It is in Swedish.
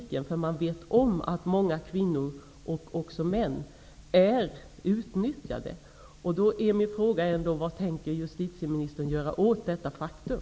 Man vet om att många kvinnor och även män är utnyttjade. Min fråga är: Vad tänker justitieministern göra åt detta faktum?